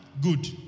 good